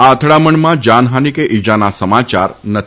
આ અથડામણમાં જાનહાની કે ઇજાના સમાચાર નથી